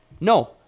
no